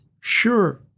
Sure